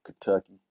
Kentucky